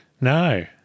No